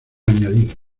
añadido